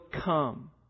come